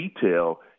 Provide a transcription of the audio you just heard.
detail